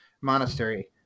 monastery